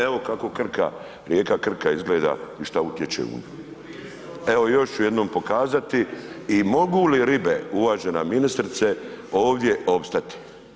Evo kako Krka, rijeka Krka izgleda i šta utječe u nju, evo još ću jednom pokazati i mogu li ribe, uvažena ministrice, ovdje opstati?